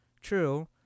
True